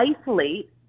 isolate